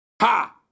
Ha